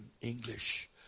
English